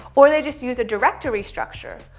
or they just use a directory structure.